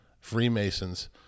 Freemasons